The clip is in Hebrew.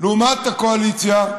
לעומת הקואליציה,